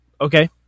Okay